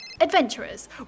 Adventurers